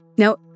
Now